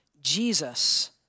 jesus